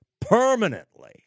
permanently